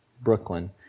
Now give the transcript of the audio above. Brooklyn